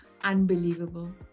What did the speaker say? unbelievable